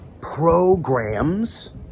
programs